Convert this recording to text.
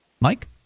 Mike